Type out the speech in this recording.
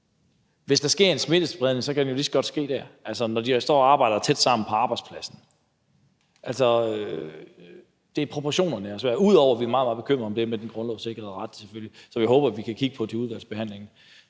hvis der sker en smittespredning, kan den jo lige så godt ske der, og når de står og arbejder tæt sammen på arbejdspladsen. Det er proportionerne i det, jeg har det svært med, ud over at vi er meget, meget bekymrede over det med den grundlovssikrede ret, selvfølgelig. Så vi håber, at vi kan kigge på det i udvalgsbehandlingen,